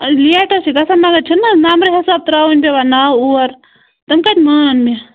late حظ چھِ گژھان مگر چھُنہٕ حظ نَمبرٕ حِساب ترٛاوٕنۍ پیٚوان ناوٕ اور تِم کَتہِ مانَن مےٚ